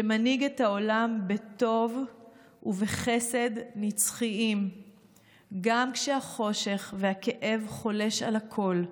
שמנהיג את העולם בטוב ובחסד נצחיים גם כשהחושך והכאב חולש על הכול.